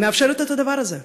היא מאפשרת את הדבר הזה?